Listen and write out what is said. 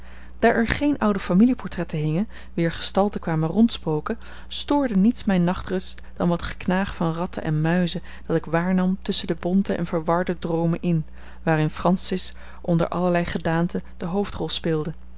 daar er geen oude familie-portretten hingen wier gestalten kwamen rondspoken stoorde niets mijne nachtrust dan wat geknaag van ratten en muizen dat ik waarnam tusschen de bonte en verwarde droomen in waarin francis onder allerlei gedaanten de hoofdrol speelde